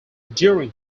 during